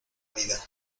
vida